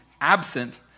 absent